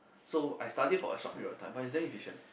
so I study for a short period of time but then is damn efficient